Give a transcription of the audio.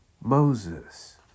Moses